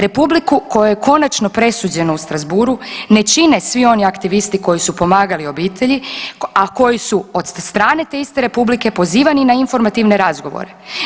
Republiku kojoj je konačno presuđeno u Strasbourgu ne čine svi oni aktivisti koji su pomagali obitelji, a koji su od strane te iste Republike pozivani na informativni razgovor.